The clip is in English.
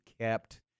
kept